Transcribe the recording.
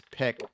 pick